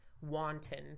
wanton